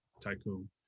tycoon